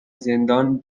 زندان